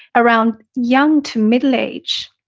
around young to middle age,